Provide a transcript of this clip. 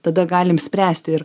tada galim spręsti ir